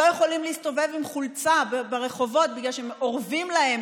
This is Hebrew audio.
שלא יכולים להסתובב עם חולצה ברחובות בגלל שאורבות להם